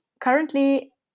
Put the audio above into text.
currently